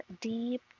deep